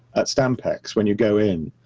at stamp acts when you go in,